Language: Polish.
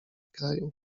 kraju